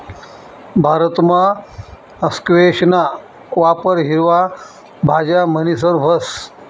भारतमा स्क्वैशना वापर हिरवा भाज्या म्हणीसन व्हस